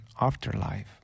afterlife